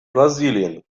brasilien